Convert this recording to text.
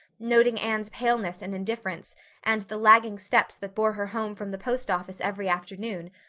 noting anne's paleness and indifference and the lagging steps that bore her home from the post office every afternoon,